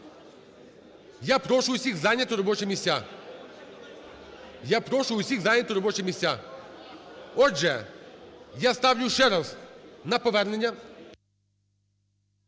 Я прошу усіх зайняти робочі місця. Отже, я ставлю ще раз на повернення…